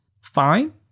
fine